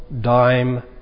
dime